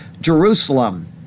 Jerusalem